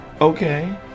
okay